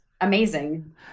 amazing